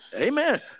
Amen